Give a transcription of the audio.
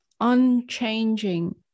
unchanging